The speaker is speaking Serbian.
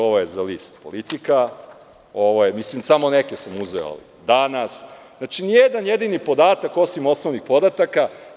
Ovo je za list „Politika“, samo neke sam uzeo, „Danas“, znači, nijedan jedini podatak, osim osnovnih podataka.